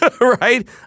Right